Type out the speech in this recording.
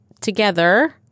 together